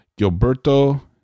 Gilberto